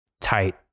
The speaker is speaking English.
tight